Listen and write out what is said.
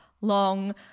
long